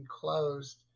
closed